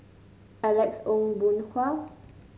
Alex Ong Boon Hau